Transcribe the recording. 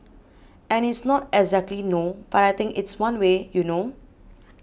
and it's not exactly no but I think it's one way you know